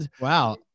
wow